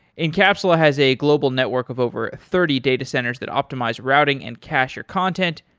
encapsula has a global network of over thirty datacenters that optimize routing and cacher content,